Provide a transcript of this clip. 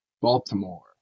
Baltimore